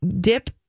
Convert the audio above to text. dip